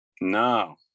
No